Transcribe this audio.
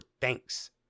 thanks